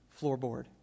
floorboard